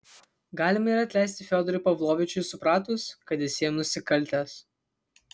galima ir atleisti fiodorui pavlovičiui supratus kad esi jam nusikaltęs